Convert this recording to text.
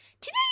today